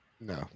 no